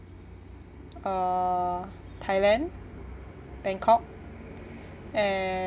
uh thailand bangkok and